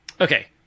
Okay